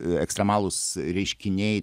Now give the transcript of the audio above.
ekstremalūs reiškiniai